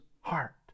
heart